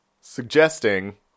suggesting